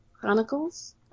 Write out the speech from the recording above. Chronicles